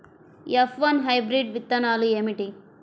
F one hybrid విత్తనాలు ఏమిటి?